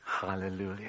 Hallelujah